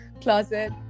closet